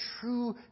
true